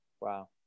wow